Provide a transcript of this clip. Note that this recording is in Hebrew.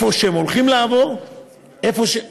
שהם הולכים לעבור אליו,